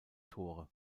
tore